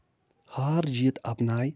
ہار جیٖت اَپناوِ